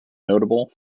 notable